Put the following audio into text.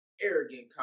arrogant